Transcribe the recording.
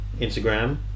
instagram